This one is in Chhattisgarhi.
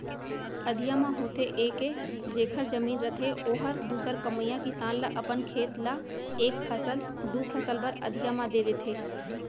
अधिया म होथे ये के जेखर जमीन रथे ओहर दूसर कमइया किसान ल अपन खेत ल एक फसल, दू फसल बर अधिया म दे देथे